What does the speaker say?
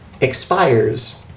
expires